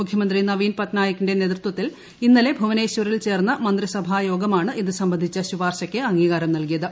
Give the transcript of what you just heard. മുഖ്യമന്ത്രി നവീൻ പട്നായിക്കിന്റെ നേതൃത്വത്തിൽ ഇന്നലെ ഭുവനേശ്വറിൽ ചേർന്ന ക്യാബിനറ്റ് യോഗമാണ് ഇത് സംബന്ധിച്ച ശിപാർശയ്ക്ക് അംഗീകാരം നൽകിയത്